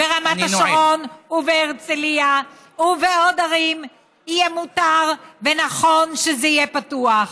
ברמת השרון ובהרצליה ובעוד ערים יהיה מותר ונכון שזה יהיה פתוח,